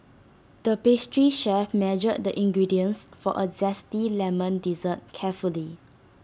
the pastry chef measured the ingredients for A Zesty Lemon Dessert carefully